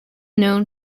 known